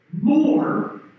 more